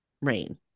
rain